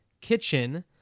kitchen